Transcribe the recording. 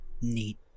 Neat